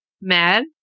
mad